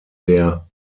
der